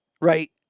right